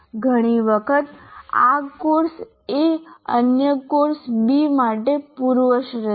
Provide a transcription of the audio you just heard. ઘણી વખત આ કોર્સ A અન્ય કોર્સ B માટે પૂર્વશરત છે